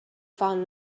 found